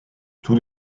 tous